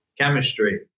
Chemistry